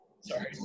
sorry